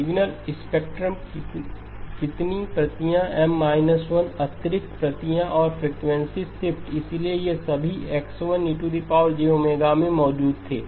signal spectrum कितनी प्रतियां M 1 अतिरिक्त प्रतियां और फ्रिकवेंसी शिफ्ट इसलिए ये सभीX1 में मौजूद थे